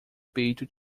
peito